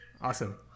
Awesome